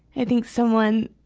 i think someone,